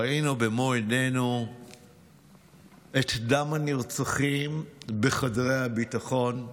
ראינו במו עינינו את דם הנרצחים בחדרי הביטחון,